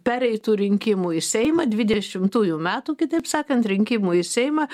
pereitų rinkimų į seimą dvidešimtųjų metų kitaip sakant rinkimų į seimą